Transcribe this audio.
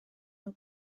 nhw